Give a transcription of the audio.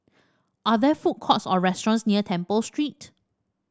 are there food courts or restaurants near Temple Street